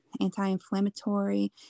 anti-inflammatory